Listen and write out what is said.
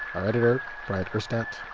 our editor bryant urstadt.